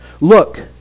Look